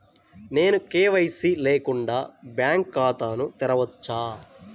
నేను కే.వై.సి లేకుండా బ్యాంక్ ఖాతాను తెరవవచ్చా?